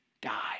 Die